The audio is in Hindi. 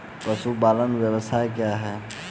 पशुपालन व्यवसाय क्या है?